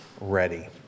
ready